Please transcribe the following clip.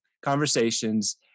conversations